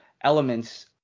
elements